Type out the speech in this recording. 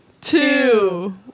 two